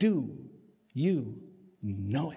do you know